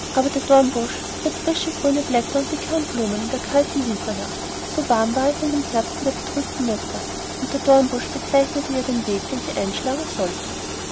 der dornbusch trieb frische grüne blätter und bekam blumen in der kalten winternacht so warm war es an dem herzen der betrübten mutter und der dornbusch bezeichnete ihr den weg den sie einschlagen sollte